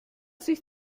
sich